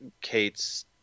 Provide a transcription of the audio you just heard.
Kate's